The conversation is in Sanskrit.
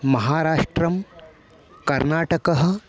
महाराष्ट्रं कर्णाटकः